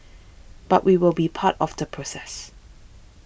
but we will be part of the process